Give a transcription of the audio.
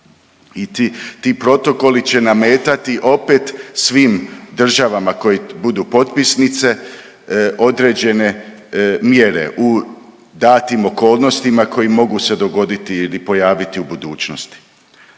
ti protokoli će nametati opet svim državama koje budu potpisnice određene mjere u datim okolnostima koji mogu se dogoditi ili pojaviti u budućnosti.